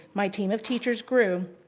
my team of teachers grew,